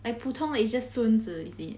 like 普通 is just 孙子 is it